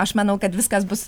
aš manau kad viskas bus